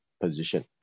position